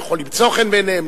יכול למצוא חן בעיניהם,